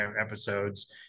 episodes